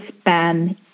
span